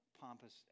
pompous